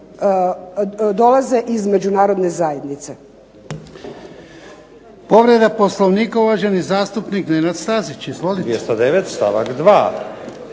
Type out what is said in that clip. dolaze iz međunarodne zajednice.